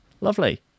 Lovely